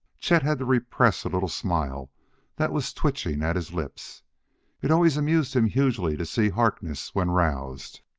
chet had to repress a little smile that was twitching at his lips it always amused him hugely to see harkness when roused.